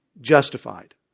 justified